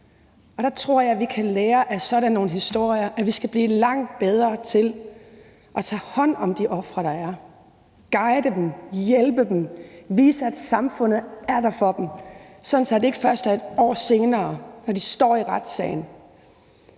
og jeg tror, vi kan lære af sådan nogle historier, at vi skal blive langt bedre til at tage hånd om de ofre, der er, og guide dem, hjælpe dem, vise, at samfundet er der for dem, så det ikke først er et år senere, når de står i retssalen,